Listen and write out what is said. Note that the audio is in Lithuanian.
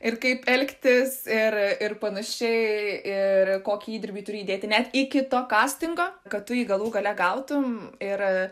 ir kaip elgtis ir ir panašiai ir kokį įdirbį turi įdėti net iki to kastingo kad tu jį galų gale gautum ir